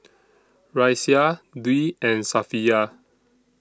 Raisya Dwi and Safiya